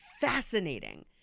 fascinating